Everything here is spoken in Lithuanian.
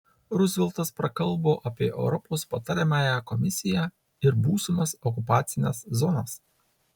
ruzveltas prakalbo apie europos patariamąją komisiją ir būsimas okupacines zonas